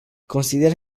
consider